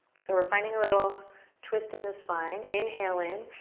so we're finding a little twist in the spine inhale in,